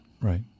right